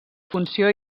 funció